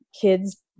kids